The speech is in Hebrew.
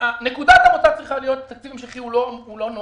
נקודת המוצא צריכה להיות שתקציב המשכי הוא לא נוח,